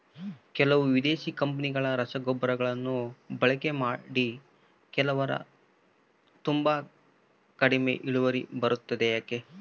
ಕೆಲವು ವಿದೇಶಿ ಕಂಪನಿಗಳ ರಸಗೊಬ್ಬರಗಳನ್ನು ಬಳಕೆ ಮಾಡಿ ಕೆಲವರು ತುಂಬಾ ಕಡಿಮೆ ಇಳುವರಿ ಬರುತ್ತೆ ಯಾಕೆ?